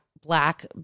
black